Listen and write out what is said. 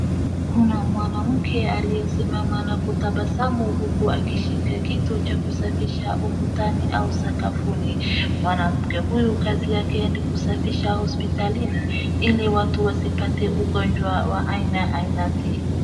Kuna mwanamke aliyesimama na kutabasamu huku akishika kitu cha kusafisha ukutani au sakafuni. Mwanamke huyu kazi yake ni kusafisha hospitalini ili watu wasipate ugonjwa wa aina...